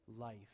life